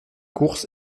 course